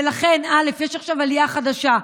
ולכן, יש עכשיו עלייה חדשה.